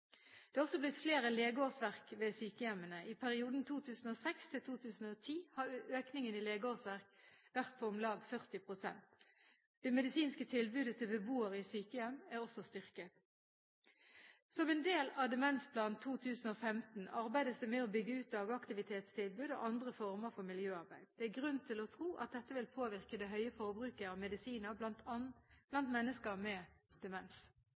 Det er også blitt flere legeårsverk ved sykehjemmene. I perioden 2006–2010 har økningen i legeårsverk vært på om lag 40 pst. Det medisinske tilbudet til beboerne i sykehjem er også styrket. Som en del av Demensplan 2015 arbeides det med å bygge ut dagaktivitetstilbud og andre former for miljøarbeid. Det er grunn til å tro at dette vil påvirke det høye forbruket av medisiner blant mennesker med demens.